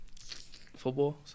Football